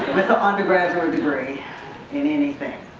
with an undergraduate degree in anything